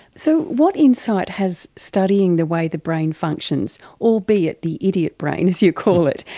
so what insight has studying the way the brain functions, albeit the idiot brain as you call it,